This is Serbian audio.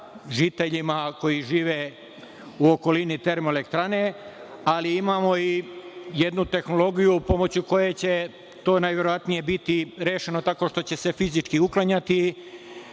žiteljima koji žive u okolini Termoelektrane, ali imamo i jednu tehnologiju pomoću koje će to najverovatnije biti rešeno, tako što će se fizički uklanjati,